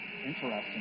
interesting